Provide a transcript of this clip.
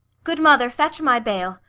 good mother, fetch my bail.